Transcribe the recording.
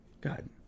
God